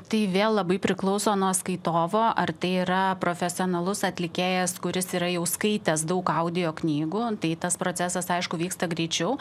tai vėl labai priklauso nuo skaitovo ar tai yra profesionalus atlikėjas kuris yra jau skaitęs daug audioknygų tai tas procesas aišku vyksta greičiau